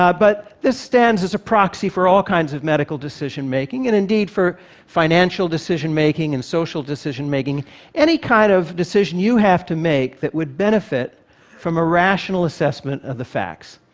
um but this stands as a proxy for all kinds of medical decision-making, and indeed for financial decision-making, and social decision-making any kind of decision you have to make that would benefit from a rational assessment of the facts.